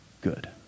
good